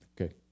Okay